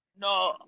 No